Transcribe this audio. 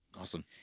Awesome